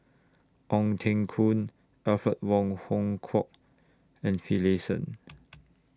Ong Teng Koon Alfred Wong Hong Kwok and Finlayson